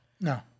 No